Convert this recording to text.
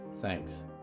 Thanks